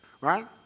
right